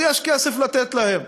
אז יש כסף לתת להם.